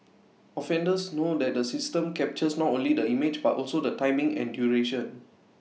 offenders know that the system captures not only the image but also the timing and duration